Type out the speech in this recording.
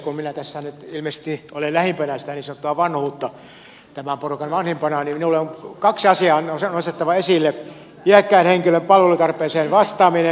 kun minä tässä nyt ilmeisesti olen lähimpänä sitä niin sanottua vanhuutta tämän porukan vanhimpana niin minun on kaksi asiaa nostettava esille kun kyseessä on iäkkään henkilön palvelutarpeeseen vastaaminen